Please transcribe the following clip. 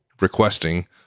requesting